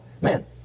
Man